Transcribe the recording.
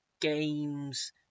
games